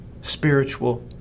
spiritual